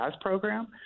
program